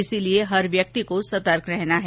इसलिए हर व्यक्ति को सतर्क रहना है